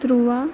تُرٛواہ